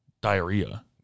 diarrhea